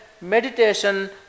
meditation